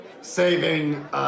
saving